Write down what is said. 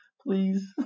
Please